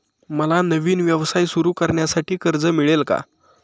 मला नवीन व्यवसाय सुरू करण्यासाठी कर्ज मिळेल का?